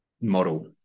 model